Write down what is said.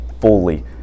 fully